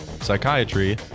psychiatry